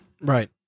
Right